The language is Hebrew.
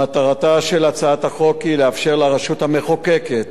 מטרתה של הצעת החוק היא לאפשר לרשות המחוקקת